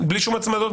בלי שום הצמדות,